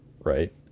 right